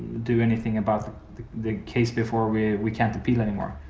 do anything about the the case before we we can't appeal anymore.